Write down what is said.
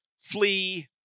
flee